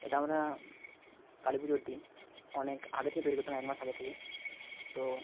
এটা আমরা কালী পুজোর দিন অনেক আগে থেকে তৈরি করতাম এক মাস আগে থেকে তো